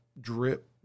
drip